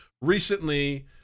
recently